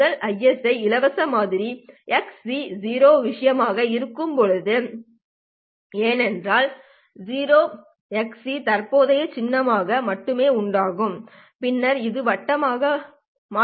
முதல் ISI இலவச மாதிரி xc விஷயமாக இருக்கப்போகிறது ஏனென்றால் xc தற்போதைய சின்னங்களை மட்டுமே உள்ளடக்கும் பின்னர் இது வட்ட மாற்றமாக வெளிவரும்